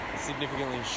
significantly